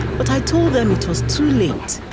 but i told them it was too late.